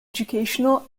educational